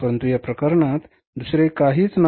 परंतु या प्रकरणात दुसरे काहीच नाही